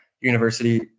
university